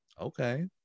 Okay